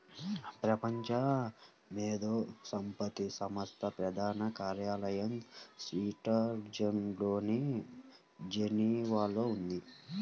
ప్రపంచ మేధో సంపత్తి సంస్థ ప్రధాన కార్యాలయం స్విట్జర్లాండ్లోని జెనీవాలో ఉంది